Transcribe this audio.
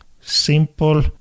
simple